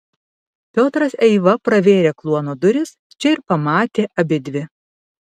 piotras eiva pravėrė kluono duris čia ir pamatė abidvi